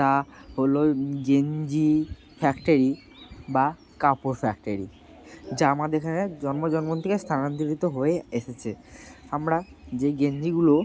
তা হল গেঞ্জি ফ্যাক্টরি বা কাপড় ফ্যাক্টরি যা আমাদের এখানে জন্ম জন্ম থেকে স্থানান্তরিত হয়ে এসেছে আমরা যে গেঞ্জিগুলো